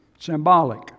Symbolic